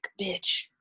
bitch